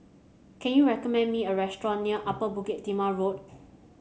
can you recommend me a restaurant near Upper Bukit Timah Road